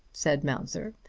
said mounser,